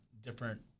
different